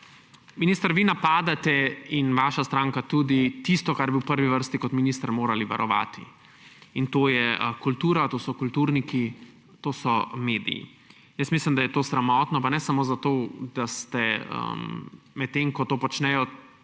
Minister, vi napadate, in vaša stranka tudi, tisto, kar bi v prvi vrsti kot minister morali varovati, in to je kultura, to so kulturniki, to so mediji. Mislim, da je to sramotno. Pa ne samo zato, ker ste, medtem ko to počnejo